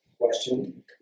question